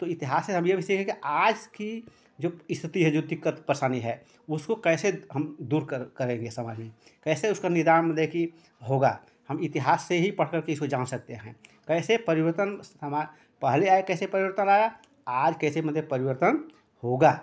तो इतिहास से हम ये भी सीखे कि आज की जो स्थिति हे जो दिक्कत परेशानी है उसको कैसे हम दूर कर करेंगे सब आदमी कैसे उसका निदान मदे की होगा हम इतिहास से ही पढ़ करके इसको जान सकते हें कैसे परिवर्तन समा पहले आया कैसे परिवर्तन आया आज कैसे मदे परिवर्तन होगा